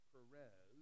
Perez